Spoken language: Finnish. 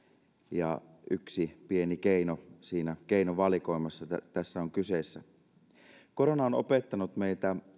on kyseessä yksi pieni keino siinä keinovalikoimassa korona on opettanut meille